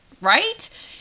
right